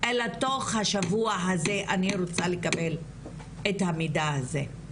אלא תוך השבוע הזה, אני רוצה לקבל את המידע הזה.